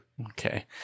Okay